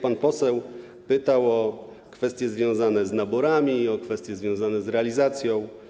Pan poseł pytał o kwestie związane z naborami, o kwestie związane z realizacją.